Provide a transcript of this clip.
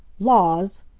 laws!